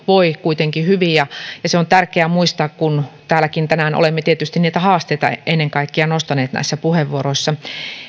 voi kuitenkin hyvin se on tärkeää muistaa kun täälläkin tänään olemme tietysti nostaneet ennen kaikkea niitä haasteita näissä puheenvuoroissa